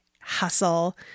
hustle